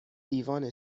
دیوان